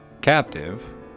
captive